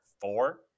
Four